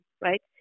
right